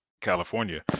California